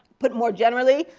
put more generally,